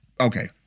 Okay